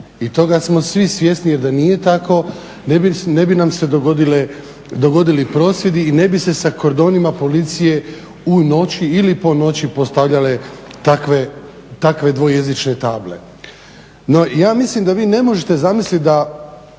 i toga smo svi svjesni. Jer da nije tako ne bi nam se dogodili prosvjedi i ne bi se sa kordonima policije u noći ili po noći postavljale takve dvojezične table. No, ja mislim da vi ne možete zamisliti da